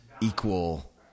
equal